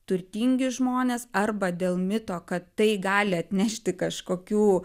turtingi žmonės arba dėl mito kad tai gali atnešti kažkokių